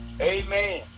Amen